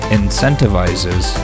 incentivizes